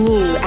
New